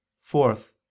Fourth